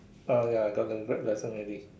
ah ya got the Grab license already